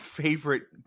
favorite